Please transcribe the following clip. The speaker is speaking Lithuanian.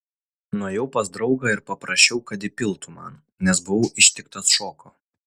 nuėjau pas draugą ir paprašiau kad įpiltų man nes buvau ištiktas šoko